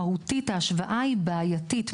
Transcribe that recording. מהותית מתמטית ההשוואה היא בעייתית,